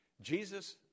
Jesus